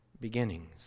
beginnings